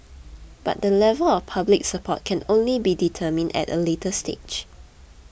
but the level of public support can only be determined at a later stage